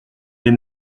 des